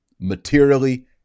Materially